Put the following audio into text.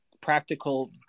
practical